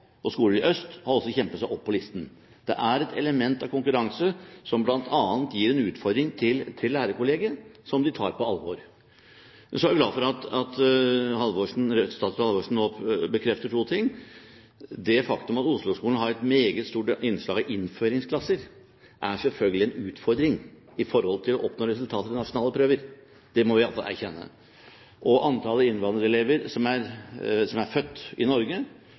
og skoler i øst har også kjempet seg opp på listen. Det er et element av konkurranse som bl.a. gir en utfordring til lærerkollegiet, som de tar på alvor. Så er jeg glad for at statsråd Halvorsen nå bekrefter to ting. Det faktum at Oslo-skolen har et meget stort innslag av innføringsklasser, er selvfølgelig en utfordring når det gjelder å oppnå resultater i nasjonale prøver – det må vi alle erkjenne. Antall innvandrerelever som er født i Norge